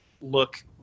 look